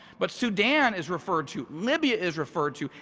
but sudan is referred to, libya is referred to,